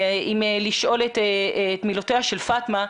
אם לשאול את מילותיה של פאטמה,